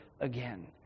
again